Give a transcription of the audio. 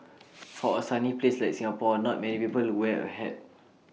for A sunny place like Singapore not many people wear A hat